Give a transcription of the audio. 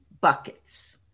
buckets